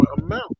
amount